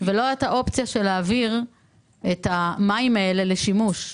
ולא הייתה אופציה להעביר את המים האלה לשימוש,